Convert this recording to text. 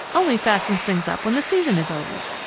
only fastens things up when the season is over.